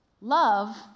love